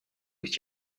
what